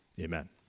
Amen